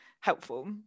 helpful